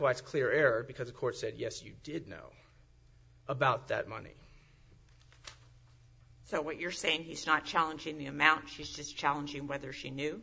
why it's clear error because the court said yes you did know about that money so what you're saying he's not challenging the amount she's just challenging whether she knew